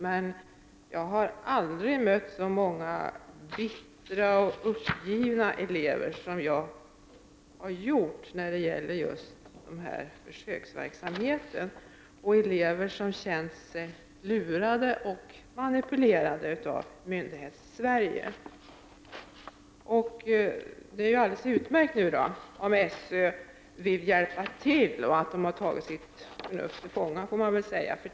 Men jag tror att jag aldrig mött så många bittra och uppgivna elever som jag gjort när det gäller den här försöksverksamheten. Elever har känt sig lurade och manipulerade av Myndighetssverige. Det är alldeles utmärkt om skolöverstyrelsen vill hjälpa till — och ta sitt förnuft till fånga, får man väl säga.